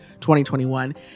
2021